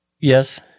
Yes